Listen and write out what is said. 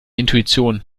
intuition